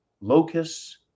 locusts